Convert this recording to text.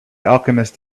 alchemist